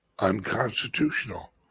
unconstitutional